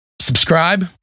subscribe